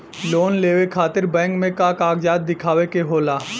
Loan लेवे खातिर bank मे का कागजात दिखावे के होला?